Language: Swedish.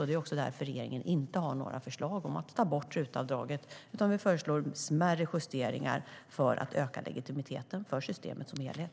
Det är därför regeringen inte har några förslag om att ta bort RUT-avdraget utan föreslår smärre justeringar för att öka legitimiteten i systemet som helhet.